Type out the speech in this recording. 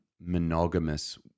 monogamous